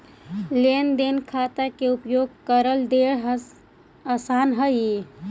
लेन देन खाता के उपयोग करल ढेर आसान हई